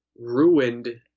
ruined